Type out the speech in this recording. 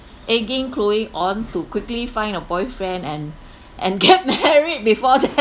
nagging chloe on to quickly find a boyfriend and and get married before that